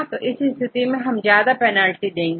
तो इस स्थिति में हम ज्यादा पेनल्टी देंगे